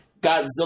Godzilla